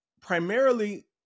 primarily